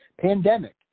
Pandemic